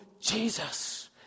Jesus